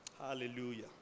Hallelujah